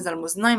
מזל מאזניים,